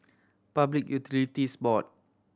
Public Utilities Board